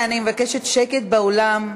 התשע"ו 2015,